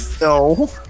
No